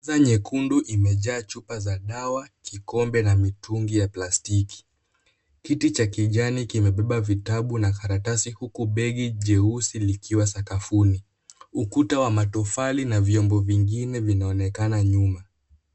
Meza nyekundu imejaa chupa za dawa, kikombe na mitungi ya plastiki. Kiti cha kijani kimebeba vitabu na karatasi huku begi jeusi likiwa sakafuni. Ukuta wa matofali na vyombo vingine vinaonekana nyuma.